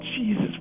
Jesus